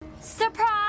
Surprise